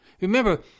Remember